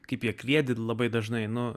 kaip jie kvietė labai dažnai nuo